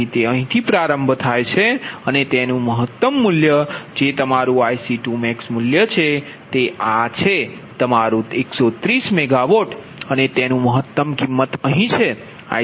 તેથી તે અહીંથી પ્રારંભ થાય છે અને તેનું મહત્તમ મૂલ્ય જે તમારું IC2maxમૂલ્ય છે તે આ છે તમારું 130 મેગાવોટ અને તેનું મહત્તમ કિંમત અહીં છે